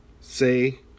say